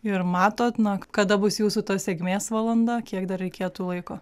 ir matot na kada bus jūsų ta sėkmės valanda kiek dar reikėtų laiko